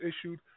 issued